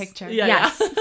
Yes